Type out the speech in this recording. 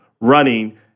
running